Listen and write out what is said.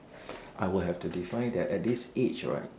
I would have to define that at this age right